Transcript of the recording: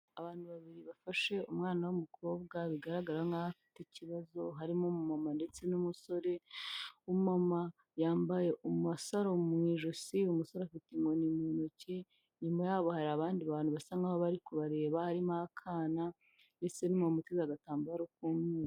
Abantu babiri bafashe umwana w'umukobwa bigaragara nkaho afite ikibazo harimo mama ndetse n'umusore. Umumama yambaye umusaro mu ijosi umusore afite inkoni mu ntoki nyuma yaho hari abandi bantu basa nkaho bari kubareba harimo akana ndetse n'umumana uteza agatambaro k'umweru.